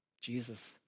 Jesus